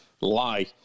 Lie